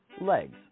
Legs